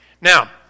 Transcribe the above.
Now